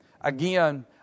Again